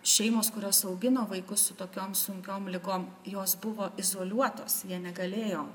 šeimos kurios augino vaikus su tokiom sunkiom ligom jos buvo izoliuotos jie negalėjo